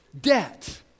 debt